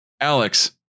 Alex